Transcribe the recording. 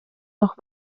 noch